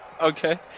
Okay